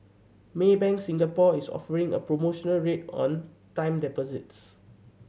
Maybank Singapore is offering a promotional rate on time deposits